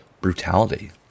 brutality